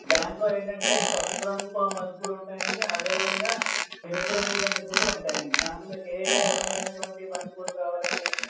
దాంట్లో ఏంటంటే పసుపు రంగు పా బంతి పూలు ఉంటాయండీ అదే విధంగా ఎరుపు రంగు బంతి పూలు కూడా ఉంటాయండీ దాంట్లో మీకు ఏ ఏ రకమైననటువంటి బంతి పూలు కావాలండీ